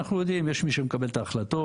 אנחנו יודעים שיש מי שמקבל את ההחלטות,